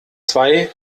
zwei